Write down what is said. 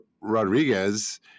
Rodriguez